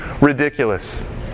ridiculous